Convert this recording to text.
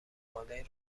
مقالهای